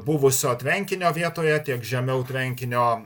buvusio tvenkinio vietoje tiek žemiau tvenkinio